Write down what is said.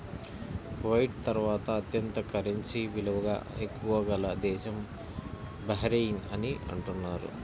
Kuwait తర్వాత అత్యంత currency విలువ ఎక్కువ గల దేశం బహ్రెయిన్ అని అంటున్నారు